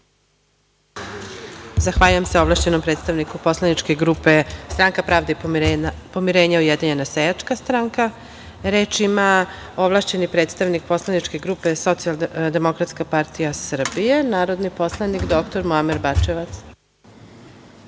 Zahvaljujem se ovlašćenom predstavniku poslaničke grupe Stranka pravde i pomirenja, Ujedinjena seljačka stranka. Reč ima ovlašćeni predstavnik poslaničke grupe SDPS, narodni poslanik dr. Muamer Bačevac.